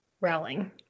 Rowling